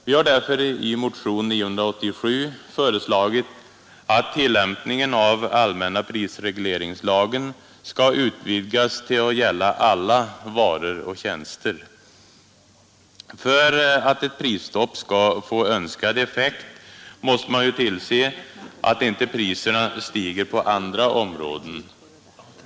Vi har därför i motionen 987 föreslagit att tillämpningen av allmänna prisregleringslagen skall utvidgas till att gälla alla varor och tjänster. För att ett prisstopp skall få önskad effekt måste man tillse att inte priserna stiger på andra områden.